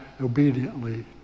obediently